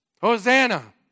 Hosanna